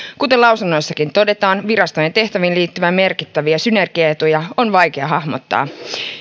kuten lausunnoissakin todetaan virastojen tehtäviin liittyviä merkittäviä synergiaetuja on vaikea hahmottaa